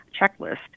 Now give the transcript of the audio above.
checklist